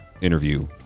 interview